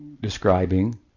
describing